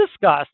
discuss